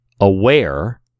aware